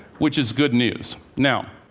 which is good news. now,